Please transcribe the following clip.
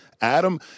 Adam